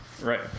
right